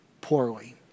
poorly